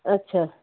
ଆଚ୍ଛା